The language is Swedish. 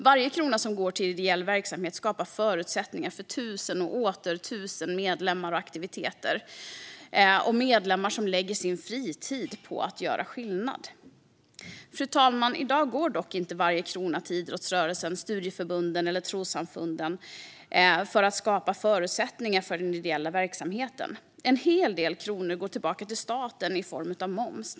Varje krona som går till ideell verksamhet skapar förutsättningar för tusen och åter tusen aktiviteter och medlemmar som lägger sin fritid på att göra skillnad. Fru talman! I dag går dock inte varje krona till idrottsrörelsen, studieförbunden och trossamfunden till att skapa förutsättningar för den ideella verksamheten. En hel del kronor går tillbaka till staten i form av moms.